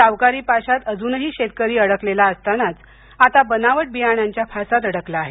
सावकारी पाशात अजुनही शेतकरी अडकलेला असतानाच आता बनावट बियाण्यांच्या फासात अडकला आहे